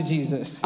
Jesus